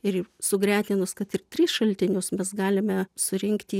ir sugretinus kad ir tris šaltinius mes galime surinkti